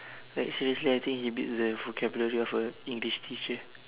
like seriously I think he beats the vocabulary of a english teacher